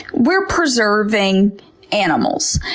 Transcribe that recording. we're preserving animals.